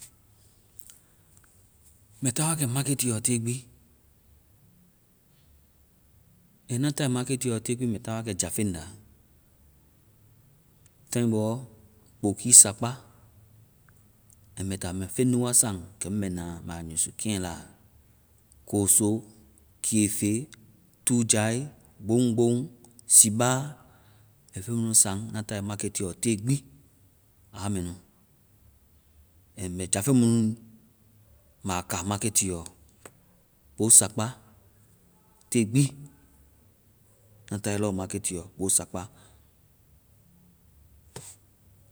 Mbɛ táa wakɛ makitiɛɔ téegbi, and ŋna táe makitiɛɔ téegbi mbɛ táa jafeŋ nda, táai bɔɔ mbɛ kpookii sakpa. and mbɛ mbɛ feŋ nu wa saŋ kɛmu mbɛ naã la mbɛ a usu keŋɛ la. Kooso, keefe, túujae, gboŋgboŋ, sibaa, feŋ munu saŋ ŋna táe makitiɛɔ téegbi aa mɛnu, and mbɛ jafeŋ mu mbɛ a ka makitiɛɔ kpoo sakpa téegbi, ŋna tae lɔɔ makitiɛɔ kpoo sakpa.